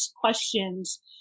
questions